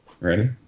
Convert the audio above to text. Ready